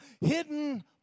hidden